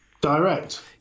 Direct